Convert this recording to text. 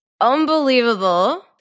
unbelievable